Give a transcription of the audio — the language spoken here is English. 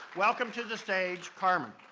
welcome to the stage, carmen.